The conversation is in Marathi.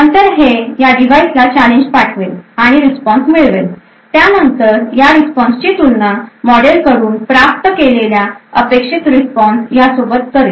नंतर हे या डिव्हाइसला चॅलेंज पाठवेल आणि रिस्पॉन्स मिळवेल त्यानंतर या रिस्पॉन्स ची तुलना मॉडेलकडून प्राप्त केलेला अपेक्षित रिस्पॉन्स ह्या सोबत करेल